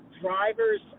drivers